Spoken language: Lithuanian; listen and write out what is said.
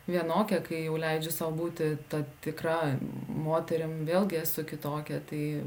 vienokia kai jau leidžiu sau būti tikra moterim vėlgi esu kitokia tai